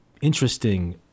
interesting